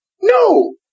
No